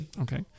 Okay